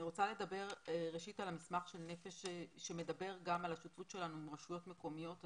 אני רוצה לדבר על המסמך שמדבר גם על השותפות שלנו עם רשויות מקומיות.